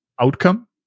outcome